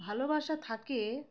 ভালোবাসা থাকে